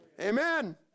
amen